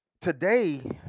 Today